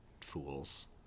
fools